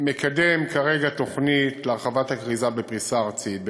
מקדם כרגע תוכנית להרחבת הכריזה בפריסה ארצית,